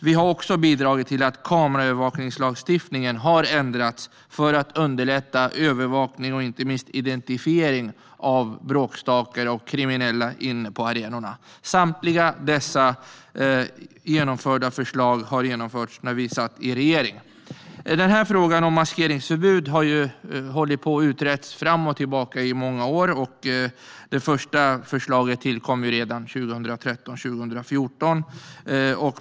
Vi har också bidragit till att kameraövervakningslagstiftningen har ändrats för att underlätta övervakning och inte minst identifiering av bråkstakar och kriminella inne på arenorna. Samtliga dessa genomförda förslag har genomförts när vi satt i regering. Frågan om maskeringsförbud har hållit på att utredas fram och tillbaka under många år. Det första förslaget tillkom redan 2013-2014.